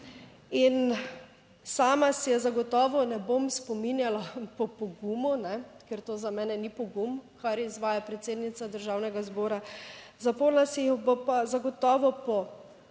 In sama se je zagotovo ne bom spominjala po pogumu, ker to za mene ni pogum, kar izvaja predsednica Državnega zbora, zapomnila si jo bom pa zagotovo po